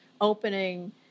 opening